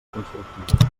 constructiva